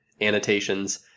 annotations